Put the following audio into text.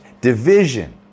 division